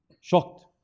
shocked